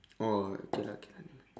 oh okay lah okay lah